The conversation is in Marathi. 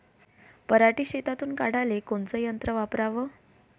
पराटी शेतातुन काढाले कोनचं यंत्र वापराव?